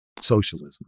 socialism